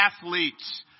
athletes